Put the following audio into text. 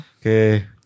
Okay